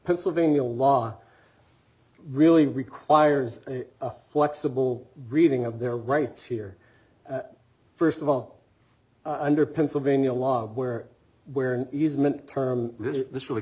pennsylvania law really requires a flexible reading of their rights here first of all under pennsylvania law where where an easement term this really